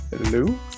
Hello